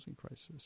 crisis